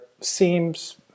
seems